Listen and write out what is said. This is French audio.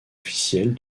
officiels